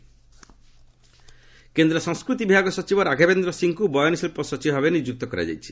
cabinet କେନ୍ଦ୍ର ସଂସ୍କୃତି ବିଭାଗ ସଚିବ ରାଘବେନ୍ଦ୍ର ସିଂହଙ୍କୁ ବୟନଶିଳ୍ପ ସଚିବ ଭାବେ ନିଯୁକ୍ତ କରାଯାଇଛି